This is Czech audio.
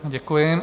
Děkuji.